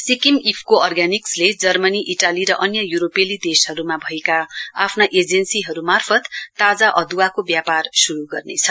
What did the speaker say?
Sikkim IFFCO अर्ग्यानिक्सले Germany Italy र अन्य यूरोपेली देशहरूमा भएका आफ्ना एजेन्सीहरू मार्फत ताजा अद्वाको व्यापार शुरु गर्नेछ